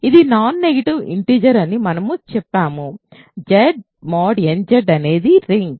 ఇది non negative integer అని మనము చెప్పాము Z n Z అనేది రింగ్